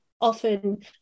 often